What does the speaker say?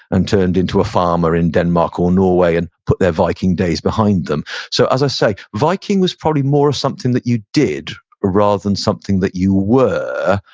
and turned into a farmer in denmark or norway and put their viking days behind them so as i say, viking was probably more of something that you did rather than something that you were,